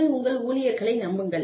நீங்கள் உங்கள் ஊழியர்களை நம்புங்கள்